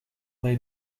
they